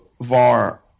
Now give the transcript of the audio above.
var